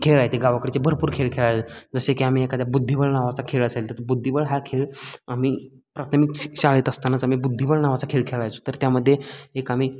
खेळ आहेत ते गावाकडचे भरपूर खेळ खेळायचे जसे की आम्ही एखाद्या बुद्धिबळ नावाचा खेळ असेल तर बुद्धिबळ हा खेळ आम्ही प्राथमिक श शाळेत असतानाच आम्ही बुद्धिबळ नावाचा खेळ खेळायचो तर त्यामध्ये एक आम्ही